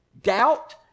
doubt